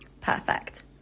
Perfect